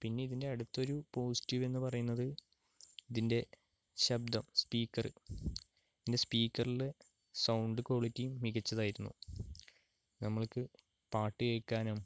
പിന്നെ ഇതിൻ്റെ അടുത്തൊരു പോസിറ്റീവ് എന്ന് പറയുന്നത് ഇതിൻ്റെ ശബ്ദം സ്പീക്കർ ഇതിൻ്റെ സ്പീക്കറില് സൗണ്ട് ക്വാളിറ്റി മികച്ചതായിരുന്നു നമ്മൾക്ക് പാട്ട് കേക്കാനും